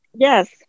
Yes